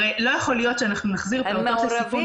הרי לא יכול להיות שאנחנו פעוטות בסיכון